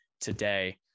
today